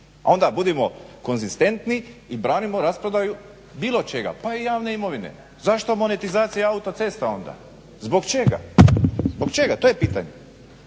Onda budimo konzistentni i branimo rasprodaju bilo čega pa i javne imovine. Zašto monetizacija autocesta onda, zbog čega, to je pitanje.